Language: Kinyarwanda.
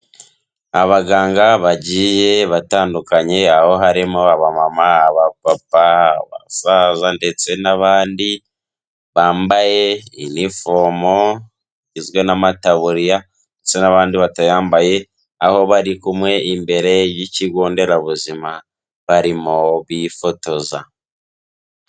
Abaganga bagiye batandukanye, aho harimo abamama, abapapa, abasaza ndetse n'abandi bambaye inifomo igizwe n'amataburiya ndetse n'abandi batayambaye, aho bari kumwe imbere y'ikigo nderabuzima barimo bifotoza.